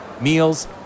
meals